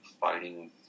fighting